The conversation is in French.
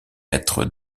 être